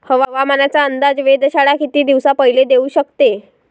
हवामानाचा अंदाज वेधशाळा किती दिवसा पयले देऊ शकते?